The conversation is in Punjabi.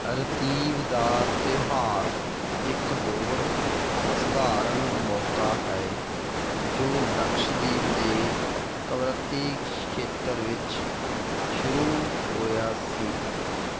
ਰਤੀਬ ਦਾ ਤਿਉਹਾਰ ਇੱਕ ਹੋਰ ਅਸਧਾਰਨ ਮੌਕਾ ਹੈ ਜੋ ਲਕਸ਼ਦੀਪ ਦੇ ਕਵਰੱਤੀ ਖੇਤਰ ਵਿੱਚ ਸ਼ੁਰੂ ਹੋਇਆ ਸੀ